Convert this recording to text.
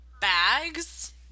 bags